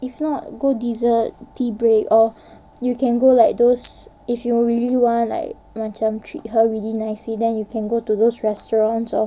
if not go dessert tea break or you can go like those if you really want like macam treat her very nicely then you can go to those restaurants or